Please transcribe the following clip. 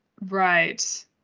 Right